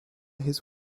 his